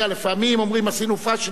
לפעמים אומרים: עשינו פשלה,